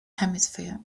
hemisphere